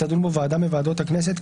תדון בו ועדה מוועדות הכנסת,